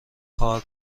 کار